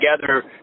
together